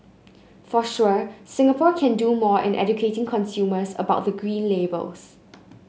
for sure Singapore can do more in educating consumers about the Green Labels